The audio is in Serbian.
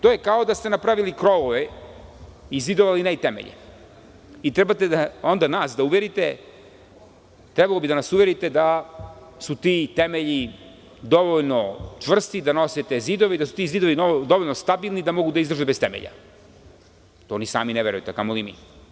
To je kao da ste napravili krovove, zidove, ne i temelje i trebate onda nas da uverite da su ti temelji dovoljno čvrsti da nosite zidove i da su ti zidovi dovoljno stabilni da mogu da izdrže bez temelja, to ni sami ne verujete, kamoli mi.